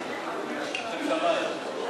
אני אתך.